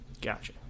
Gotcha